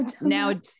now